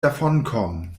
davonkommen